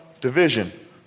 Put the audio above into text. division